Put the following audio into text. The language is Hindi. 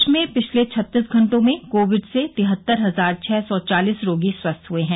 देश में पिछले छत्तीस घंटों में कोविड से तिहत्तर हजार छह सौ चालीस रोगी स्वस्थ हुए हैं